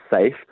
safe